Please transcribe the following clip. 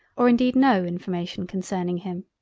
or indeed, no information concerning him.